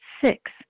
Six